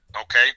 okay